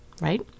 right